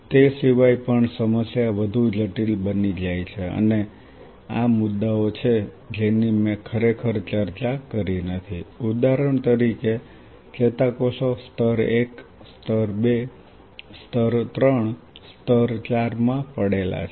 તે સિવાય પણ સમસ્યા વધુ જટિલ બની જાય છે અને આ મુદ્દાઓ છે જેની મેં ખરેખર ચર્ચા કરી નથી ઉદાહરણ તરીકે ચેતાકોષો સ્તર 1 સ્તર 2 સ્તર 3 સ્તર 4 માં પડેલા છે